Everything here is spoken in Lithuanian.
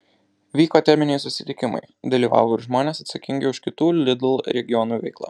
vyko teminiai susitikimai dalyvavo ir žmonės atsakingi už kitų lidl regionų veiklą